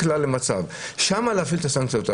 שם להפעיל את הסנקציות.